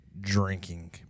Drinking